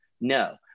No